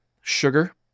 Sugar